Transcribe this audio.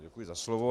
Děkuji za slovo.